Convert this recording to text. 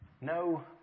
No